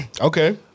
Okay